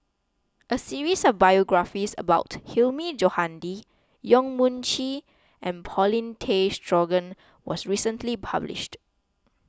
a series of biographies about Hilmi Johandi Yong Mun Chee and Paulin Tay Straughan was recently published